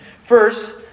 First